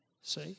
See